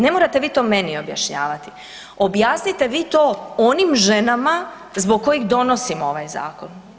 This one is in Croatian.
Ne morate vi to meni objašnjavati, objasnite vi to onim ženama zbog kojih donosimo ovaj zakon.